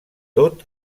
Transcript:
tot